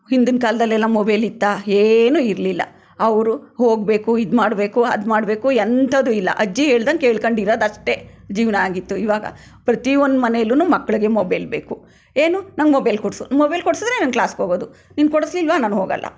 ಹಿಂದಿನ ಕಾಲದಲ್ಲೆಲ್ಲ ಮೊಬೈಲಿತ್ತಾ ಏನೂ ಇರಲಿಲ್ಲ ಅವರು ಹೋಗಬೇಕು ಇದು ಮಾಡಬೇಕು ಅದು ಮಾಡಬೇಕು ಎಂಥದ್ದೂ ಇಲ್ಲ ಅಜ್ಜಿ ಹೇಳ್ದಂಗೆ ಕೇಳ್ಕೊಂಡಿರೋದಷ್ಟೇ ಜೀವನ ಆಗಿತ್ತು ಇವಾಗ ಪ್ರತಿಯೊಂದು ಮನೆಯಲ್ಲೂ ಮಕ್ಳಿಗೆ ಮೊಬೈಲ್ ಬೇಕು ಏನು ನಂಗೆ ಮೊಬೈಲ್ ಕೊಡಿಸು ಮೊಬೈಲ್ ಕೊಡಿಸಿದ್ರೆ ನಾನು ಕ್ಲಾಸ್ಗೆ ಹೋಗೋದು ನೀನು ಕೊಡಿಸ್ಲಿಲ್ವ ನಾನು ಹೋಗಲ್ಲ